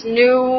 new